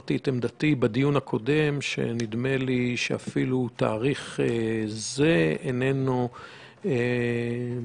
כאשר נדמה לי שאפילו תאריך זה לא בטוח